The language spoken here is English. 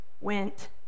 went